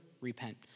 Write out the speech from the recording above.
Repent